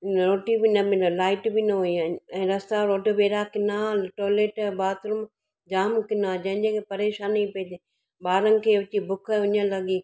न रोटी बि न मिले लाइट बि न हुई ऐं रस्ता रोड बि अहिड़ा किना टॉयलेट बाथरूम जाम किना जंहिंजे करे परेशानी पई थिए ॿारनि खे अची बुख उञ लॻी